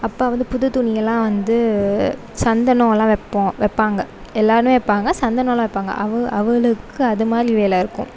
அப்பா வந்து புது துணியெல்லாம் வந்து சந்தனம் எல்லாம் வைப்போம் வைப்பாங்க எல்லாேருமே வைப்பாங்க சந்தனம் எல்லாம் வைப்பாங்க அவு அவகளுக்கு அது மாதிரி வேலை இருக்கும்